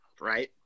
right